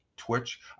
twitch